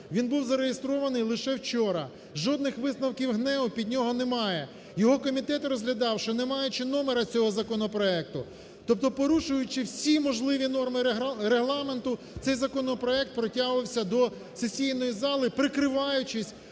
Він був зареєстрований лише вчора. Жодних висновків ГНЕУ під нього немає. Його комітет розглядав, ще не маючи номера цього законопроекту. Тобто порушуючи всі можливі норми Регламенту, цей законопроект протягувався до сесійної зали, прикриваючись